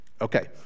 okay